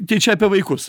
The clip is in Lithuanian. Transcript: tai čia apie vaikus